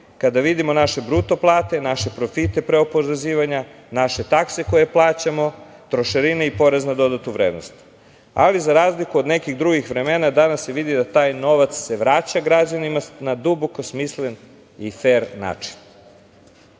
kada vidimo naše bruto plate, naše profite pre oporezivanja, naše takse koje plaćaju, trošarine i PDV. Ali, za razliku od nekih drugih vremena, danas se vidi da se taj novac vraća građanima na duboko smislen i fer način. Danas